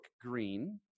green